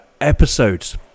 episodes